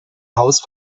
haus